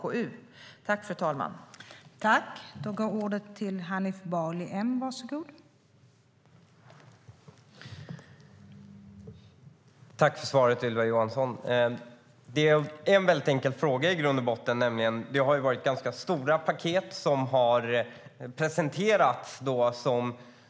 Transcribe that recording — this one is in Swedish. Då Jenny Petersson, som framställt en av interpellationerna, på grund av ledighet från uppdraget som riksdagsledamot ej var närvarande vid sammanträdet medgav tredje vice talmannen att Hanif Bali fick ta emot båda interpellationssvaren.